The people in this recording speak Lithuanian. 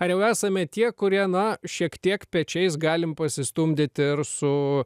ar jau esame tie kurie na šiek tiek pečiais galim pasistumdyt ir su